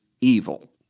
evil